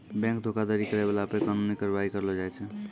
bank धोखाधड़ी करै बाला पे कानूनी कारबाइ करलो जाय छै